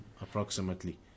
approximately